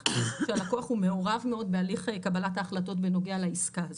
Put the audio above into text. שהלקוח מעורב מאוד בהליך קבלת ההחלטות בנוגע לעיסקה הזאת.